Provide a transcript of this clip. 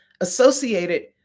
associated